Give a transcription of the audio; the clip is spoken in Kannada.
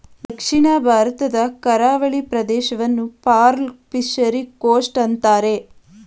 ದಕ್ಷಿಣ ಭಾರತದ ಕರಾವಳಿ ಪ್ರದೇಶವನ್ನು ಪರ್ಲ್ ಫಿಷರಿ ಕೋಸ್ಟ್ ಅಂತರೆ